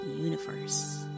universe